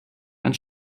and